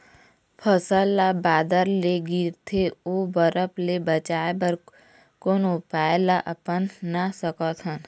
फसल ला बादर ले गिरथे ओ बरफ ले बचाए बर कोन उपाय ला अपना सकथन?